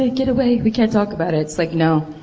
ah get away! we can't talk about it! it's like, no.